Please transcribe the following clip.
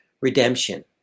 redemption